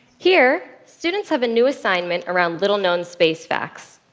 here students have a new assignment around little-known space facts.